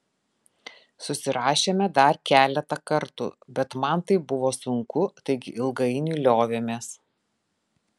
susirašėme dar keletą kartų bet man tai buvo sunku taigi ilgainiui liovėmės